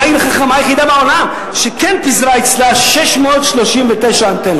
הרי תל-אביב היא לא העיר החכמה היחידה בעולם שכן פיזרה אצלה 639 אנטנות.